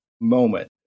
moment